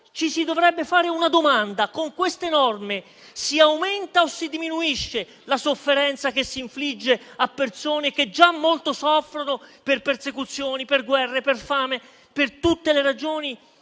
ci si dovrebbe porre una domanda: con queste norme si aumenta o si diminuisce la sofferenza che si infligge a persone che già molto soffrono per persecuzioni, per guerre, per fame, per tutte le ragioni